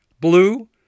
blue